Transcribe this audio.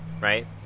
right